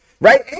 right